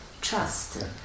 trust